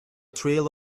trail